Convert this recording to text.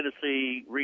Tennessee